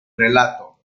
relato